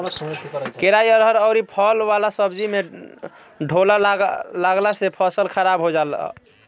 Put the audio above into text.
केराई, अरहर अउरी फली वाला सब्जी में ढोला लागला से फसल खराब हो जात हवे